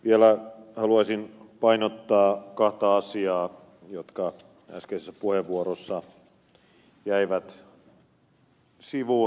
vielä haluaisin painottaa kahta asiaa jotka äskeisessä puheenvuorossa jäivät sivuun